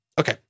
okay